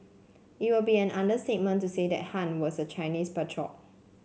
it would be an understatement to say that Han was a Chinese patriot